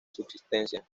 subsistencia